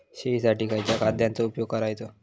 शेळीसाठी खयच्या खाद्यांचो उपयोग करायचो?